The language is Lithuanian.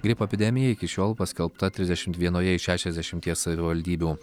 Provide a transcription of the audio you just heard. gripo epidemija iki šiol paskelbta trisdešimt vienoje iš šešiasdešimties savivaldybių